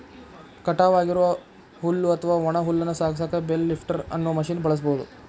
ಕಟಾವ್ ಆಗಿರೋ ಹುಲ್ಲು ಅತ್ವಾ ಒಣ ಹುಲ್ಲನ್ನ ಸಾಗಸಾಕ ಬೇಲ್ ಲಿಫ್ಟರ್ ಅನ್ನೋ ಮಷೇನ್ ಬಳಸ್ಬಹುದು